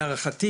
להערכתי,